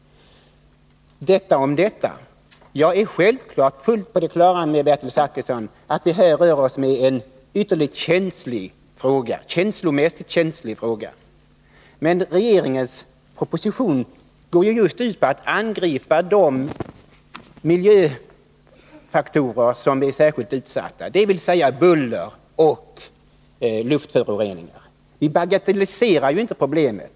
Jag är självfallet fullt på det klara med, Bertil Zachrisson, att vi här rör oss med en ytterligt känslig fråga. Men regeringens proposition går ju just ut på att angripa de miljöfaktorer som är särskilt besvärande, dvs. buller och luftföroreningar. Vi bagatelliserar inte problemet.